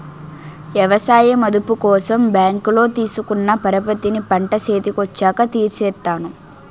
ఎవసాయ మదుపు కోసం బ్యాంకులో తీసుకున్న పరపతిని పంట సేతికొచ్చాక తీర్సేత్తాను